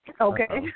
Okay